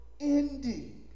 Indeed